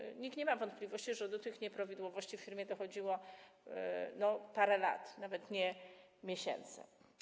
Przecież nikt nie miał wątpliwości, że do tych nieprawidłowości w firmie dochodziło przez parę lat, nawet nie miesięcy.